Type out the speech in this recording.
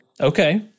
okay